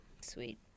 Sweet